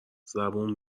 زبون